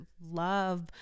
love